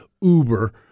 uber